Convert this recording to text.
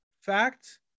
fact